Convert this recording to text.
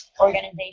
organization